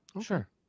sure